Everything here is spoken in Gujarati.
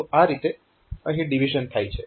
તો આ રીતે અહીં ડીવીઝન થાય છે